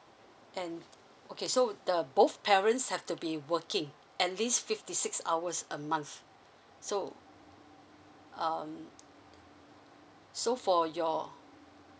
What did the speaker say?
and okay so the both parents have to be working at least fifty six hours a month so um so for your